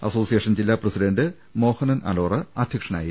അസോസിയേ ഷൻ ജില്ലാ പ്രസിഡന്റ് മോഹനൻ അലോറ അധ്യക്ഷനായിരുന്നു